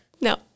no